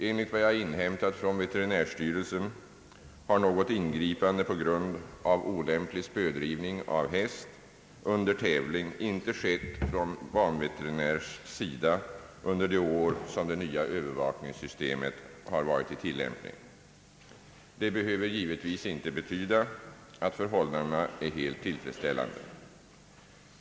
Enligt vad jag har inhämtat från ve terinärstyrelsen har något ingripande på grund av olämplig spödrivning av häst under tävling inte skett från banveterinärs sida under det år som det nya övervakningssystemet har varit i tillämpning. Det behöver givetvis inte betyda att förhållandena är helt tillfredsställande.